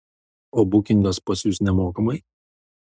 o bukingas pas jus nemokamai